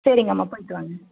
சரிங்கம்மா போயிட்டு வாங்க